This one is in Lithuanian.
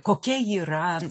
kokia yra